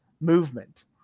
movement